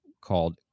called